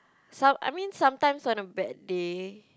some I mean sometimes on a bad day